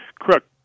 Correct